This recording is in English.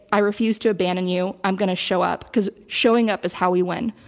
i refuse to abandon you. i'm going to show up, because showing up is how we win.